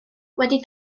wedi